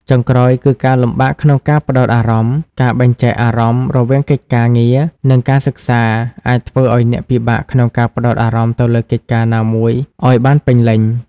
ចុងក្រោយ គឺ ការលំបាកក្នុងការផ្តោតអារម្មណ៍ ការបែងចែកអារម្មណ៍រវាងកិច្ចការងារ និងការសិក្សា អាចធ្វើឱ្យអ្នកពិបាកក្នុងការផ្តោតអារម្មណ៍ទៅលើកិច្ចការណាមួយឱ្យបានពេញលេញ។